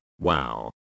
wow